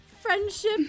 friendship